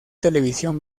televisión